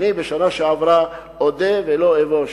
בשנה שעברה, אודה ולא אבוש,